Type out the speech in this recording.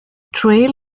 trail